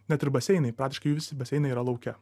net ir baseinai praktiškai visi baseinai yra lauke